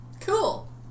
Cool